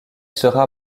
sera